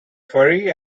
furry